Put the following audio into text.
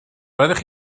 roeddech